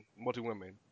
Multi-women